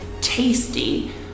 Tasty